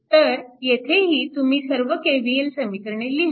तर येथेही तुम्ही सर्व KVL समीकरणे लिहा